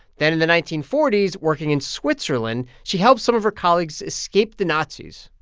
then in the nineteen forty s, working in switzerland, she helped some of her colleagues escape the nazis.